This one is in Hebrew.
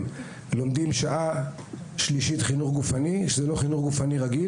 לומדים שעה שלישית חינוך גופני שהוא לא חינוך גופני רגיל,